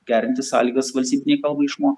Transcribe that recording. gerinti sąlygas valstybinei kalbai išmokt